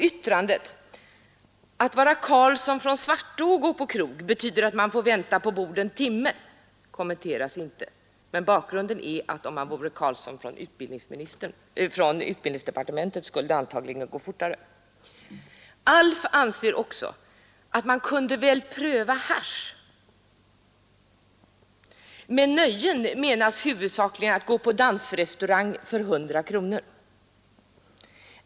Yttrandet ”Att vara Carlsson från Svartå och gå på krog betyder att man får vänta på bord en timme” kommenteras inte, men bakgrunden är att om man vore Carlsson från utbildningsdepartementet skulle det antagligen gå fortare. Alf anser också att man kunde väl pröva hasch. Med nöjen menas huvudsakligen att gå på dansrestaurang för 100 kronor.